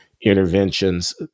interventions